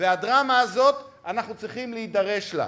והדרמה הזאת, אנחנו צריכים להידרש לה.